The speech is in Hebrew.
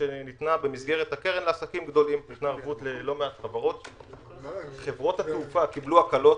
שניתנה במסגרת הקרן לעסקים - חברות התעופה קיבלו הקלות